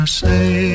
say